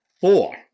four